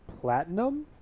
Platinum